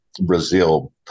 Brazil